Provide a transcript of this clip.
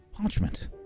parchment